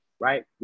Right